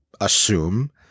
assume